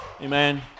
Amen